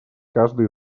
каждый